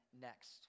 next